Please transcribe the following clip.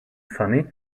funny